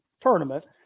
tournament